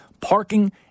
parking